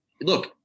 Look